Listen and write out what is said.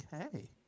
Okay